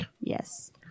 yes